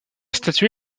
statue